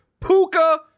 Puka